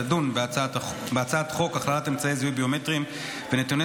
תדון בהצעת חוק הכללת אמצעי זיהוי ביומטריים ונתוני